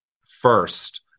first